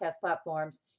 platforms